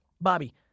Bobby